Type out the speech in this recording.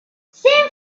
same